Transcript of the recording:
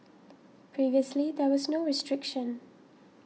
previously there was no restriction